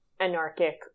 anarchic